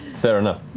fair enough.